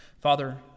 Father